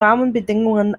rahmenbedingungen